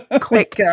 Quick